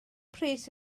pris